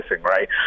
right